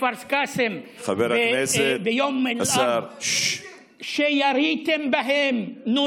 אז פעם שנייה או